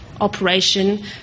operation